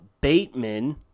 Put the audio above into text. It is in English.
Bateman